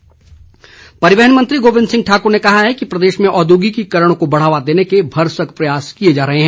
गोविंद ठाकुर परिवहन मंत्री गोविंद ठाक्र ने कहा है कि प्रदेश में औद्योगिकरण को बढ़ावा देने के भरसक प्रयास किए जा रहे है